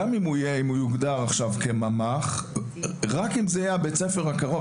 גם אם הוא יוגדר כממ"ח רק אם זה יהיה בית הספר הקרוב,